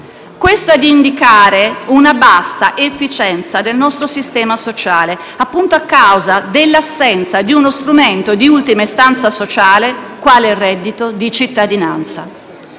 posto, ad indicare una bassa efficienza del nostro sistema sociale, appunto a causa dell'assenza di uno strumento di ultima istanza sociale quale il reddito di cittadinanza.